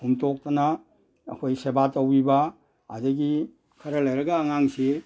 ꯍꯨꯝꯇꯣꯛꯇꯅ ꯑꯩꯈꯣꯏ ꯁꯦꯕꯥ ꯇꯧꯕꯤꯕ ꯑꯗꯒꯤ ꯈꯔ ꯂꯩꯔꯒ ꯑꯉꯥꯡꯁꯤ